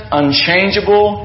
unchangeable